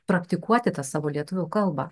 praktikuoti tą savo lietuvių kalbą